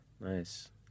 Nice